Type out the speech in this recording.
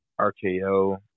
RKO